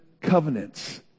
covenants